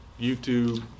YouTube